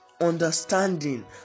understanding